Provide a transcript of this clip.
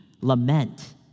lament